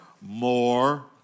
more